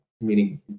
meaning